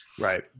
Right